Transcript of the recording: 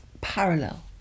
parallel